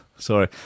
Sorry